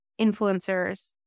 influencers